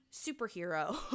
superhero